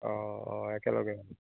অঁ অঁ একেলগে